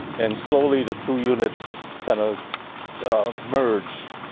and slowly the two units kind of merged.